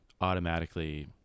automatically